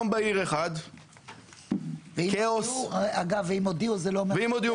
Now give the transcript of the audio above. זה לא אומר --- ביום בהיר אחד כאוס ואם הודיעו,